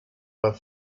but